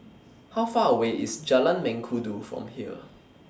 How Far away IS Jalan Mengkudu from here